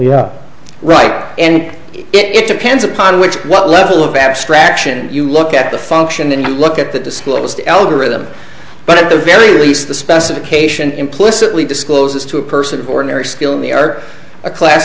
the right and it depends upon which what level of abstraction you look at the function and you look at the disclosed algorithm but at the very least the specification implicitly discloses to a person of ordinary skill in the other a class